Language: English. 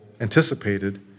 anticipated